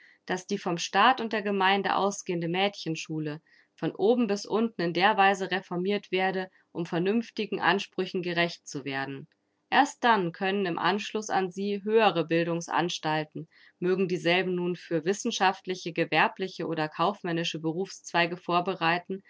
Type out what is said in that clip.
daß die vom staat und der gemeinde ausgehende mädchenschule von oben bis unten in der weise reformirt werde um vernünftigen ansprüchen gerecht zu werden erst dann können im anschluß an sie höhere bildungsanstalten mögen dieselben nur für wissenschaftliche gewerbliche oder kaufmännische berufszweige vorbereiten